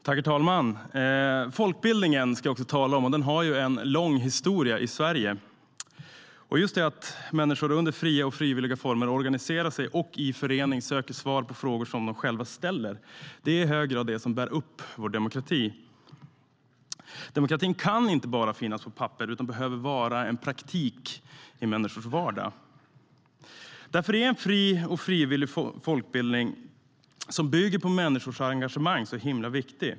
Herr talman! Folkbildningen, som också jag ska tala om, har en lång historia i Sverige. Att människor under fria och frivilliga former organiserar sig och i förening söker svar på frågor de själva ställer är i hög grad det som bär upp vår demokrati. Demokratin kan inte bara finnas på papper utan behöver vara en praktik i människors vardag. Därför är en fri och frivillig folkbildning som bygger på människors engagemang viktig.